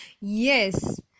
Yes